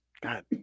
God